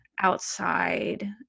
outside